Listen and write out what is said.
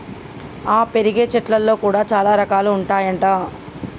ఆ పెరిగే చెట్లల్లో కూడా చాల రకాలు ఉంటాయి అంట